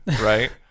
right